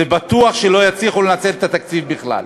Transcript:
זה בטוח שלא יצליחו לנצל את התקציב בכלל.